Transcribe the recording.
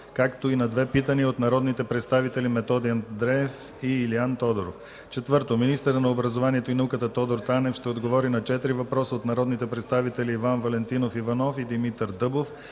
както и на две питания от народните представители Методи Андреев, и Илиан Тодоров. 4. Министърът на образованието и науката Тодор Танев ще отговори на четири въпроса от народните представители Иван Валентинов Иванов и Димитър Дъбов,